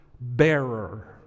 bearer